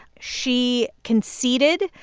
she conceded.